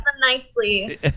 nicely